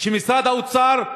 של משרד האוצר.